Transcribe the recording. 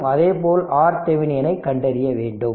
மற்றும் அதேபோல் RThevenin ஐ கண்டறிய வேண்டும்